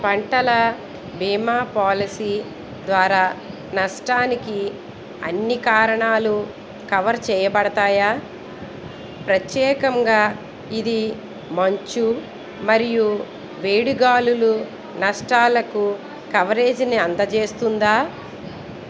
పంటల బీమా పాలసీ ద్వారా నష్టానికి అన్ని కారణాలు కవర్ చేయబడతాయా ప్రత్యేకముగా ఇది మంచు మరియు వేడిగాలులు నష్టాలకు కవరేజీని అందజేస్తుందా